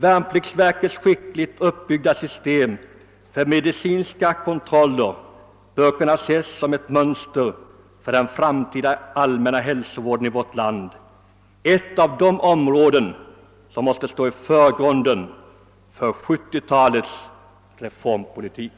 Värnpliktsverkets skickligt uppbyggda system för medicinska kontroller bör kunna ses som ett mönster för den framtida allmänna hälsovården i vårt land — ett av de områden som måste stå i förgrunden för 1970-talets reformpolitik.